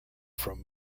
from